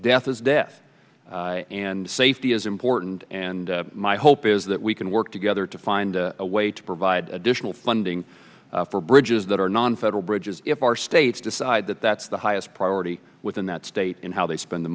death is death and safety is important and my hope is that we can work together to find a way to provide additional funding for bridges that are nonfederal bridges if our states decide that that's the highest priority within that state in how they spend the